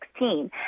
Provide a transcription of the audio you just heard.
2016